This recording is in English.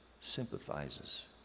sympathizes